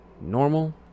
Normal